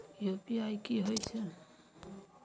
UPI की होय छै?